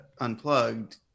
unplugged